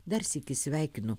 dar sykį sveikinu